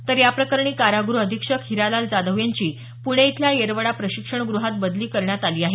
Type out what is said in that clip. तर याप्रकरणी कारागृह अधीक्षक हिरालाल जाधव यांची पूणे इथल्या येरवडा प्रशिक्षण गृहात बदली करण्यात आली आहे